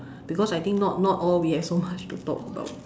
because I think not not all we have so much to talk about